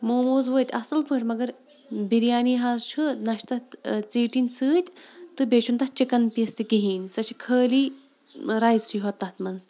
موموز وٲتۍ اَصٕل پٲٹھۍ مگر بِریانی حظ چھُ نہ چھِ تَتھ ژیٚٹِنۍ سۭتۍ تہٕ بیٚیہِ چھُنہٕ تَتھ چِکَن پیٖس تہِ کِہیٖنۍ سۄ چھِ خٲلی رایِسٕے ہوت تَتھ منٛز